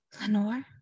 Lenore